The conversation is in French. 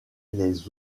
les